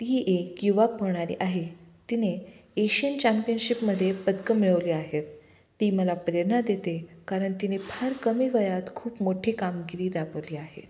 ती एक युवा पोहणारी आहे तिने एशियन चॅम्पियनशिप मध्ये पदक मिळवले आहेत ती मला प्रेरणा देते कारण तिने फार कमी वयात खूप मोठी कामगिरी दाखवली आहे